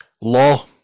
Law